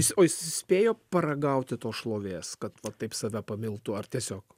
jis spėjo paragauti tos šlovės kad taip save pamiltų ar tiesiog